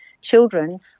children